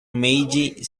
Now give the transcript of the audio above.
meiji